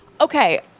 Okay